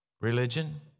religion